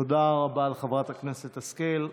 תודה רבה לחברת הכנסת השכל.